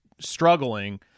struggling